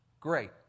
great